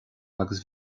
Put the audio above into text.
agus